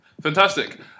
Fantastic